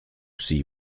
see